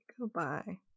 Goodbye